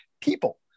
people